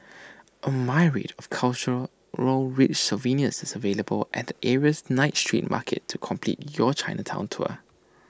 A myriad of cultural rich souvenirs is available at the area's night street market to complete your Chinatown tour